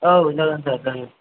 औ जागोन सार जागोन